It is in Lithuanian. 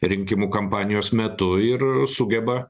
rinkimų kampanijos metu ir sugeba